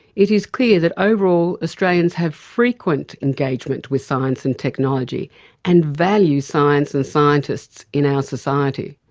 it is clear that overall australians have frequent engagement with science and technology and value science and scientists in our society.